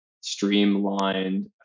streamlined